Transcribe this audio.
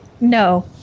no